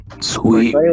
Sweet